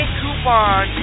coupon